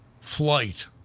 flight